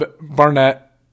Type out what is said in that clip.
Barnett